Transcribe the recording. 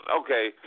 Okay